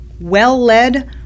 well-led